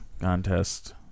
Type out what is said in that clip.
contest